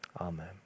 Amen